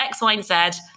XYZ